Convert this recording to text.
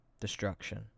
destruction